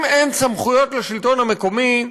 אם אין סמכויות לשלטון המקומי,